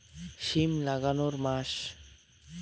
সিম লাগানোর মাস?